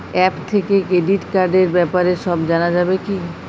App থেকে credit কার্ডর ব্যাপারে সব জানা যাবে কি?